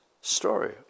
story